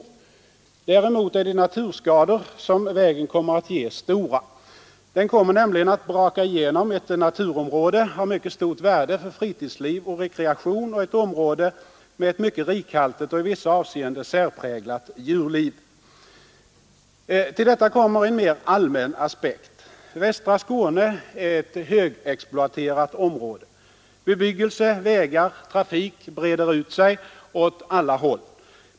Däremot är de naturskador som vägen kommer att ge stora. Den kommer nämligen att braka igenom ett naturområde av mycket stort värde för fritidsliv och rekreation och ett område med ett mycket rikhaltigt och i vissa avseenden särpräglat djurliv. Till detta kommer en mera allmän aspekt. Västra Skåne är ett högexploaterat område. Bebyggelse, vägar, trafik breder ut sig åt alla håll.